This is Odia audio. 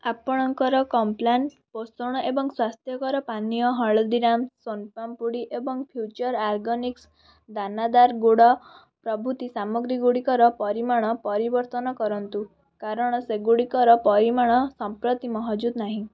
ଆପଣଙ୍କର କମ୍ପ୍ଲାନ୍ ପୋଷଣ ଏବଂ ସ୍ଵାସ୍ଥ୍ୟକର ପାନୀୟ ହଳଦୀରାମ୍ ସୋନ୍ ପାମ୍ପୁଡ଼ି ଏବଂ ଫ୍ୟୁଚର ଅର୍ଗାନିକ୍ସ ଦାନାଦାର ଗୁଡ଼ ପ୍ରଭୃତି ସାମଗ୍ରୀଗୁଡ଼ିକର ପରିମାଣ ପରିବର୍ତ୍ତନ କରନ୍ତୁ କାରଣ ସେଗୁଡ଼ିକର ପରିମାଣ ସମ୍ପ୍ରତି ମହଜୁଦ୍ ନାହିଁ